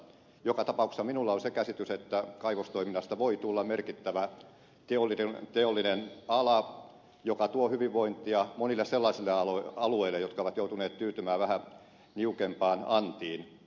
joka tapauksessa minulla on se käsitys että kaivostoiminnasta voi tulla merkittävä teollinen ala joka tuo hyvinvointia monille sellaisille alueille jotka ovat joutuneet tyytymään vähän niukempaan antiin